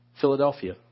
Philadelphia